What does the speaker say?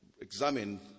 examine